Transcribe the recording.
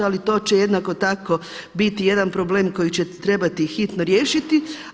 Ali to će jednako tako biti jedan problem koji će trebati hitno riješiti.